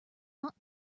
not